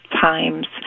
times